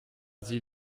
sie